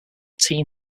teen